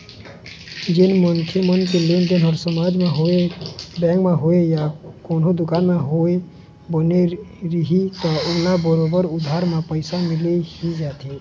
जेन मनखे मन के लेनदेन ह समाज म होवय, बेंक म होवय या कोनो दुकान म होवय, बने रइही त ओला बरोबर उधारी म पइसा मिल ही जाथे